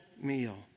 meal